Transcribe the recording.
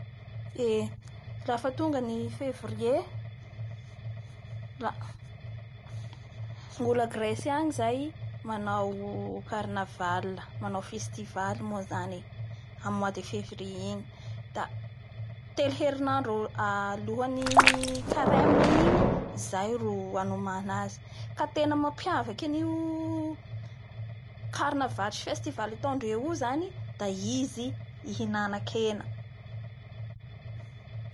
afa mandeha a Rosia agny koa nareon zay da tsy azonareo atao ny miarahaba olo af ambaravara anareo da lafa hiarahaba olo koa nareo zay da ome azy agny i tana igny ho fiaraba azy.